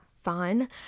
fun